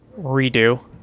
redo